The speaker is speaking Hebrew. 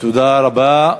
תודה רבה.